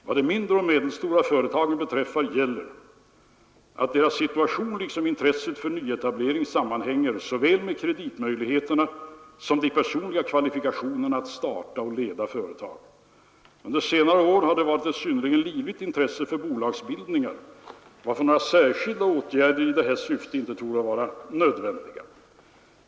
Vad de mindre och medelstora företagen beträffar gäller att deras situation liksom intresset för nyetablering sammanhänger såväl med kreditmöjligheterna som med de personliga kvalifikationerna att starta och leda företag. Under senare år har det varit ett synnerligen livligt intresse för bolagsbildningar, varför några särskilda åtgärder i detta syfte inte torde vara nödvändiga.